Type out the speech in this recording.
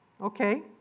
Okay